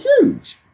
huge